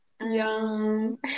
Yum